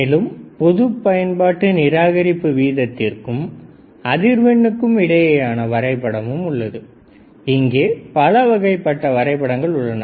மேலும் பொது பயன்பாட்டு நிராகரிப்பு வீதத்திற்கும் அதிர்வெண்ணுக்கும் இடையேயான வரைபடமும் உள்ளது இங்கே பலவகைப்பட்ட வரைபடங்கள் உள்ளன